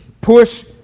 push